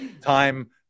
time